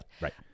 right